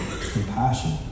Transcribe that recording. compassion